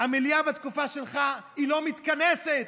המליאה בתקופה שלך לא מתכנסת,